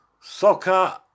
Soccer